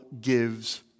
gives